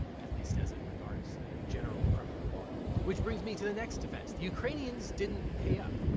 at least as it regards general criminal law. which brings me to the next defense, the ukrainians didn't pay up.